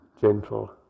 gentle